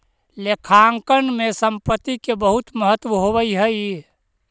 लेखांकन में संपत्ति के बहुत महत्व होवऽ हइ